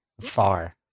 far